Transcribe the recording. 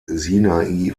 sinai